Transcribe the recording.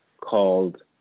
called